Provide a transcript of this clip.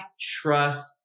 trust